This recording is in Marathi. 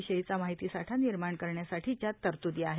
वियीचा माहितीसाठा निर्माण करण्यासाठीच्या तरतूदी आहेत